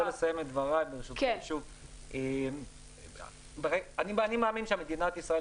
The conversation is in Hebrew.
אני רוצה לסיים את דברי אני מאמין שמדינת ישראל